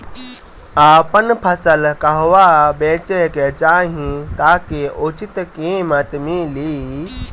आपन फसल कहवा बेंचे के चाहीं ताकि उचित कीमत मिली?